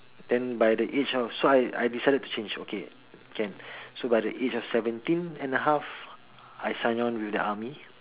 then by the age of so I I decided to change okay can so by the age of seventeen and a half I signed on with the army